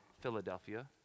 Philadelphia